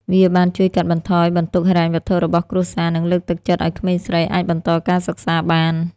វាបានជួយកាត់បន្ថយបន្ទុកហិរញ្ញវត្ថុរបស់គ្រួសារ និងលើកទឹកចិត្តឲ្យក្មេងស្រីអាចបន្តការសិក្សាបាន។